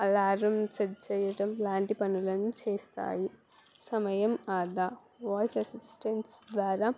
alarm set చేయటం లాంటి పనులను చేస్తాయి సమయం ఆదా వాయిస్ అసిస్టెంట్స్ ద్వారా